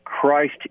Christ